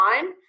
time